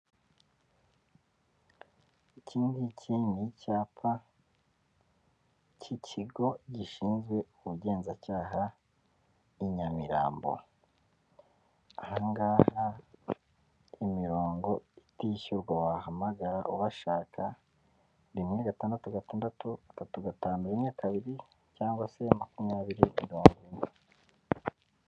Ikingiki ni icyapa cy'ikigo gishinzwe ubugenzacyaha i Nyamirambo. Ahangaha imirongo itishyurwa wahamagara ubashaka, rimwe gatandatu, gatandatu, gatatu, gatanu, rimwe, kabiri cyangwa se makumyabiri mirongo ine.